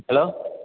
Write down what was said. hello